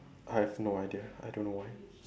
I have no idea I don't know why